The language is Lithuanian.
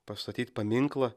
pastatyt paminklą